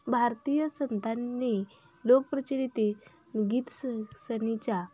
भारतीय संतांनी लोकप्रचलित गीत स सनीच्या